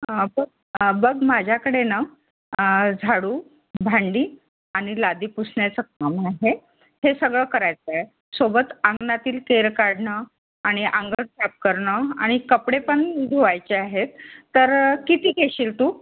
अ प बघ माझ्याकडे ना झाडू भांडी आणि लादी पुसण्या्चं कामं आहे हे सगळं करायचंय सोबत अंगणातील केर काढणं आणि अंगण साफ करणं आणि कपडे पण धुवायचे आहेत तर किती घेशील तू